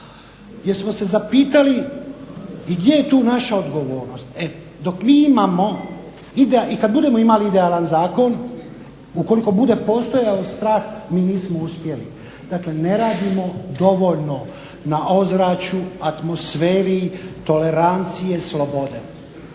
Jesmo se zapitali gdje je tu naša odgovornost? E dok mi imamo, i kad budemo imali idealan zakon ukoliko bude postojao strah mi nismo uspjeli. Dakle, ne radimo dovoljno na ozračju, atmosferi tolerancije i slobode.